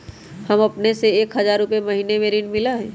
हां अपने के एक हजार रु महीने में ऋण मिलहई?